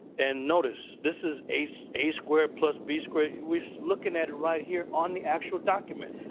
and notice, this is a so a squared plus b squared we're just looking at a right here on the actual document.